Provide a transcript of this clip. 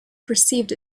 perceived